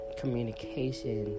communication